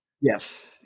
yes